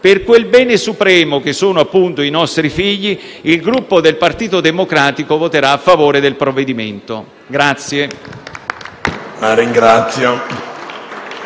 Per quel bene supremo che sono i nostri figli, il Gruppo Partito Democratico voterà a favore del provvedimento.